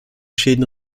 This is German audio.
schäden